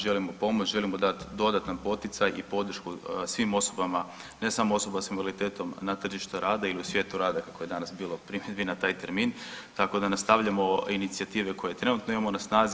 Želimo pomoći, želimo dati dodatan poticaj i podršku svim osobama, ne samo osobama sa invaliditetom na tržištu rada ili u svijetu rada kako je danas bilo primjedbi na taj termin tako da nastavljamo inicijative koje trenutno imamo na snazi.